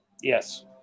Yes